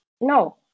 No